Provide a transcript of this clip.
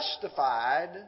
justified